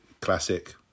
classic